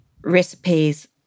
recipes